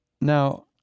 Now